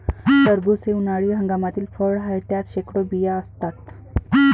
टरबूज हे उन्हाळी हंगामातील फळ आहे, त्यात शेकडो बिया असतात